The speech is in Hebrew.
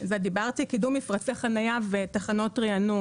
קידום מפרצי חנייה ותחנות ריענון